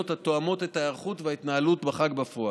התואמות את ההיערכות להתנהלות בחג בפועל.